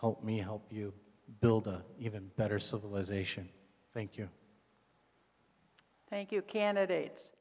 help me help you build an even better civilization thank you thank you candidates